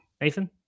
Nathan